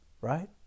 right